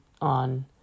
on